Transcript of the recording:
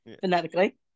phonetically